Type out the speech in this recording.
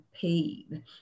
paid